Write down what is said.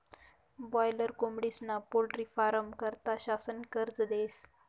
boiler कोंबडीस्ना poultry फारमं करता शासन कर्ज देस